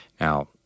Now